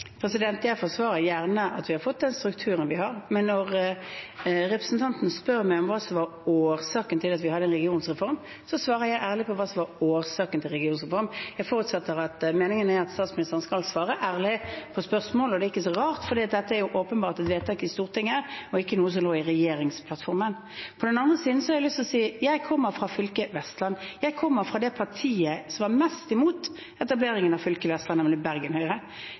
Jeg forsvarer gjerne at vi har fått den strukturen vi har, men når representanten spør meg om hva som var årsaken til at vi hadde en regionreform, svarer jeg ærlig på hva som var årsaken til regionreformen. Jeg forutsetter at meningen er at statsministeren skal svare ærlig på spørsmål. Og dette er ikke så rart, for det er åpenbart et vedtak i Stortinget, ikke noe som lå i regjeringsplattformen. På den andre siden har jeg lyst til å si at jeg kommer fra fylket Vestland. Jeg kommer fra det partiet som var mest imot etableringen av fylket Vestland, nemlig Bergen Høyre.